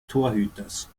torhüters